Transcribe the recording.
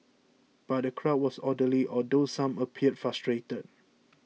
but the crowd was orderly although some appeared frustrated